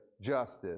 justice